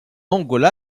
angola